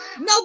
No